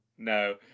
No